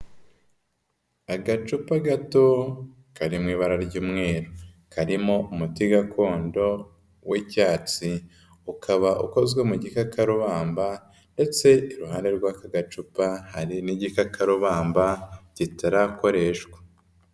Agacupa gato kari mu ibara ry'umweru, karimo umuti gakondo w'icyatsi, ukaba ukozwe mu gikakakarubamba ndetse iruhande rw'aka gacupa hari n'igikakarubamba kitarakoreshwa.